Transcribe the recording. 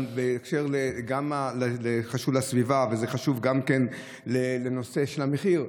זה חשוב גם לסביבה וזה חשוב גם לנושא של המחיר.